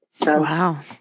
Wow